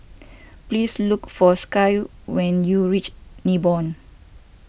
please look for Skye when you reach Nibong